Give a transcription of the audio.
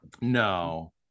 no